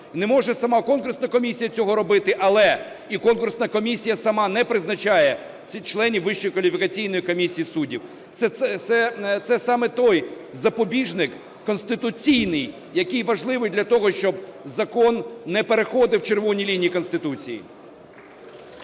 Не може сама конкурсна комісія цього робити, але і конкурсна комісія сама не призначає цих членів Вищої кваліфікаційної комісії суддів. Це саме той запобіжник конституційний, який важливий для того, щоб закон не переходив червоні лінії Конституції.